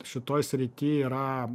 šitoj srity yra